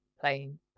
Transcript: playing